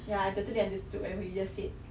ya I totally understood whatever you just said